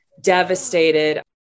devastated